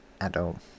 adult